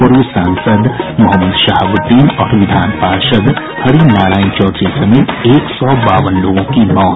पूर्व सांसद मोहम्मद शहाबुद्दीन और विधान पार्षद हरिनारायण चौधरी समेत एक सौ बावन लोगों की मौत